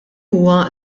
huwa